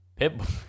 Pitbull